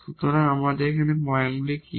সুতরাং এখানে আমাদের পয়েন্টগুলি কী